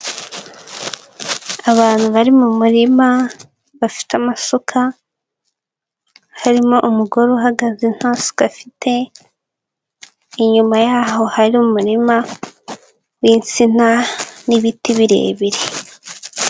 Abantu bari mu murima bafite amasuka, harimo umugore uhagaze nta suka afite, inyuma yaho hari umurima w'insina n'ibiti birebire.